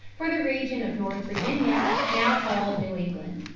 for the region of north virginia, now called new england.